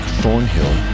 Thornhill